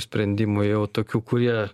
sprendimų jau tokių kurie